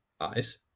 eyes